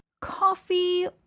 Coffee